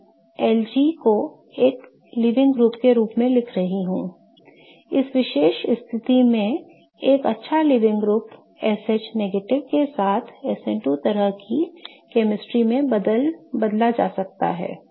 मैं LG को एक लीविंग ग्रुप के रूप में लिख रहा हूं इस विशेष स्थिति में एक अच्छा लीविंग ग्रुप SH के साथ एक SN2 तरह की chemistry में बदला जा सकता है